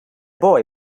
boy